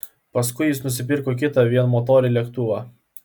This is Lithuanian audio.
paskui jis nusipirko kitą vienmotorį lėktuvą